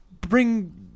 bring